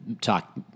talk